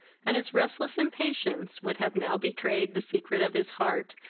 and his restless impatience would have now betrayed the secret of his heart,